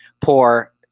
Poor